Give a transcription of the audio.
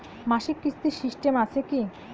মাসিক কিস্তির সিস্টেম আছে কি?